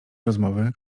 rozmowy